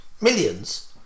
millions